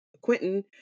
Quentin